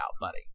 buddy